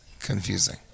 confusing